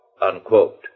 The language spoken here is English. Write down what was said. unquote